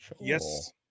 Yes